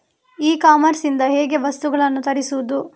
E commerce ಇಂದ ಹೇಗೆ ವಸ್ತುಗಳನ್ನು ತರಿಸುವುದು?